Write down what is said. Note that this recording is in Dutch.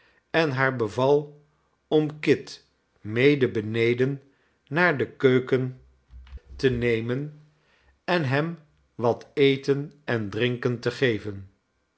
en haar beval om kit mede beneden naar de keuken te nemen en hem wat eten en drinken tegeven